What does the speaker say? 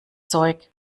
zeug